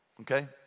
okay